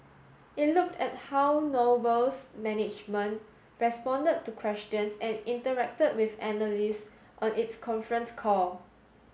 it looked at how Noble's management responded to questions and interacted with analysts on its conference call